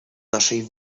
naszej